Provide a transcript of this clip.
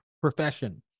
profession